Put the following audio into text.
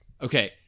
Okay